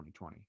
2020